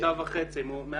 9.5 מיליון.